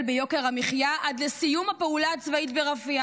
ביוקר המחיה עד סיום הפעולה הצבאית ברפיח.